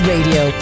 Radio